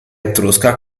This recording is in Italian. etrusca